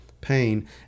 pain